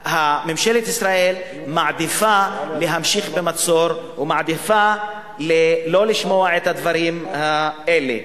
ממשלת ישראל מעדיפה להמשיך במצור ומעדיפה לא לשמוע את הדברים האלה.